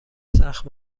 سخت